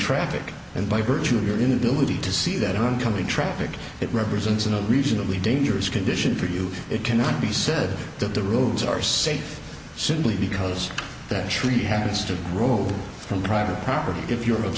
traffic and by virtue of your inability to see that one coming traffic it represents in a reasonably dangerous condition for you it cannot be said that the roads are safe simply because that tree happens to roam from private property if